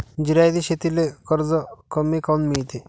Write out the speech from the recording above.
जिरायती शेतीले कर्ज कमी काऊन मिळते?